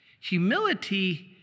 Humility